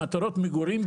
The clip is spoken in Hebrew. מטרות מגורים,